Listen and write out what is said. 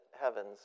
Heavens